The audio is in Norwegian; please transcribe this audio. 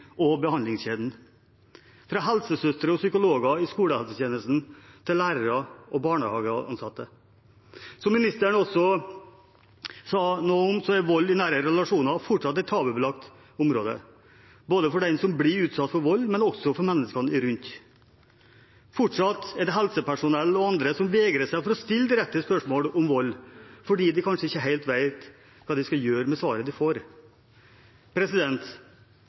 og behandlingskjeden – fra helsesøstre og psykologer i skolehelsetjenesten til lærere og barnehageansatte. Som ministerne også sa noe om, er vold i nære relasjoner fortsatt et tabubelagt område, ikke bare for den som blir utsatt for vold, men også for menneskene rundt. Fortsatt er det helsepersonell og andre som vegrer seg for å stille direkte spørsmål om vold fordi de kanskje ikke helt vet hva de skal gjøre med svaret de får.